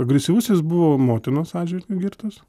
agresyvus jis buvo motinos atžvilgiu girtas